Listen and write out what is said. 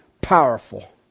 powerful